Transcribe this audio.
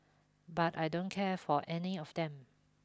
but I don't care for any of them